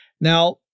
Now